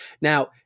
Now